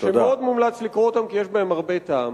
מאוד מומלץ לקרוא אותן, כי יש בהן הרבה טעם.